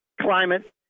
climate